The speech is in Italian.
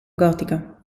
gotica